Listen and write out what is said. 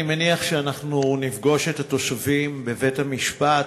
אני מניח שאנחנו נפגוש את התושבים בבית-המשפט,